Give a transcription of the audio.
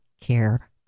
care